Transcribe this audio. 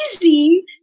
easy